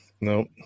Nope